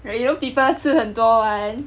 like you know people 吃很多 [one]